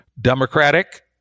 democratic